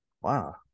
Wow